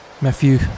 Matthew